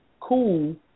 cool